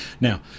Now